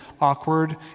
awkward